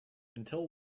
until